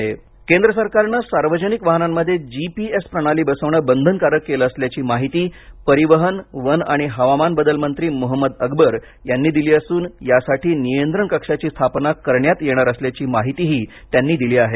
जी P S केंद्र सरकारने सार्वजनिक वाहनांमध्ये जी पी एस प्रणाली बसविणे बंधनकारक केले असल्याची माहिती परिवहनवन आणि हवामान बदल मंत्री मोहम्मद अकबर यांनी दिली असून यासाठी नियंत्रण कक्षाची स्थापना करण्यात येणार असल्याची माहीतीही त्यांनी दिली आहे